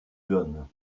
jaunes